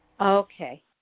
Okay